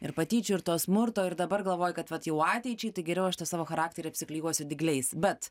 ir patyčių ir to smurto ir dabar galvoji kad vat jau ateičiai tai geriau aš tą savo charakterį apsiklijuosiu dygliais bet